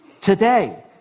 today